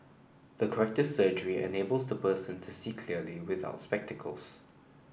the corrective surgery enables the person to see clearly without spectacles